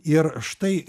ir štai